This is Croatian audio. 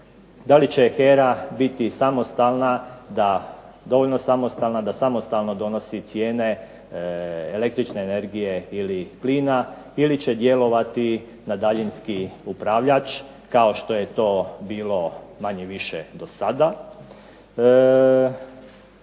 Da li će HERA biti samostalna da dovoljno samostalno donosi cijene električne energije ili plina ili će djelovati na daljinski upravljač kao što je to bilo do sada?